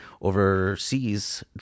overseas